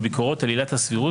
או ביקורות על עילת הסבירות,